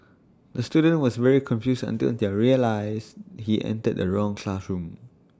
the student was very confused until he realised he entered the wrong classroom